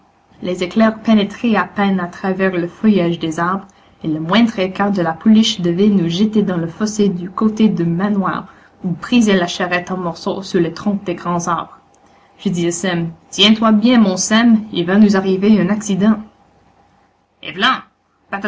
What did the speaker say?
les éclairs pénétraient à peine à travers le feuillage des arbres et le moindre écart de la pouliche devait nous jeter dans le fossé du côté du manoir ou briser la charrette en morceaux sur les troncs des grands arbres je dis à sem tiens-toi bien mon sem il va nous arriver un accident et vlan